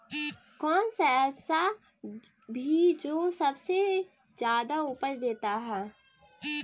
कौन सा ऐसा भी जो सबसे ज्यादा उपज देता है?